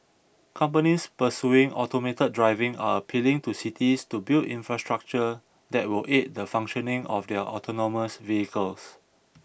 companies pursuing automated driving are appealing to cities to build infrastructure that will aid the functioning of their autonomous vehicles